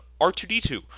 r2d2